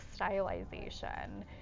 stylization